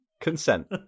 Consent